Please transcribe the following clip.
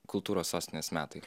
kultūros sostinės metai